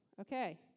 Okay